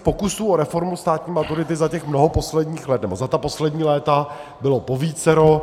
Pokusů o reformu státní maturity za těch mnoho posledních let, nebo za ta poslední léta, bylo povícero.